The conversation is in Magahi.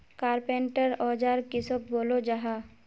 कारपेंटर औजार किसोक बोलो जाहा?